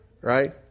right